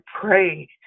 pray